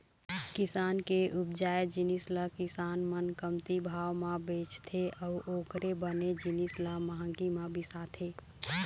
किसान के उपजाए जिनिस ल किसान मन कमती भाव म बेचथे अउ ओखरे बने जिनिस ल महंगी म बिसाथे